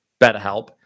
BetterHelp